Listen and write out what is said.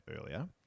earlier